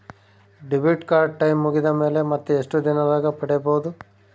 Debit card time ಮುಗಿದ ಮೇಲೆ ಮತ್ತೆ ಎಷ್ಟು ದಿನದಾಗ ಪಡೇಬೋದು?